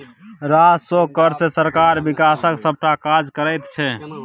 राजस्व कर सँ सरकार बिकासक सभटा काज करैत छै